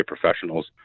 professionals